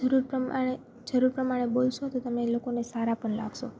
જરૂર પ્રમાણે જરૂર પ્રમાણે બોલશો તો તમે લોકોને સારા પણ લાગશો